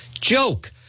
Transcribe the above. joke